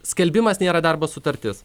skelbimas nėra darbo sutartis